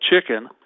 chicken